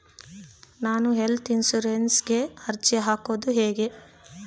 ನಾನು ಹೆಲ್ತ್ ಇನ್ಸುರೆನ್ಸಿಗೆ ಅರ್ಜಿ ಹಾಕದು ಹೆಂಗ?